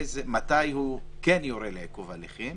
מתי הוא כן יורה על עיכוב הליכים,